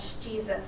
Jesus